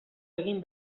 egin